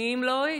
מי אם לא היא?